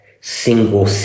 single